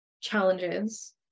challenges